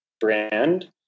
brand